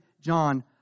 John